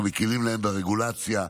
אנחנו מכירים להם ברגולציה.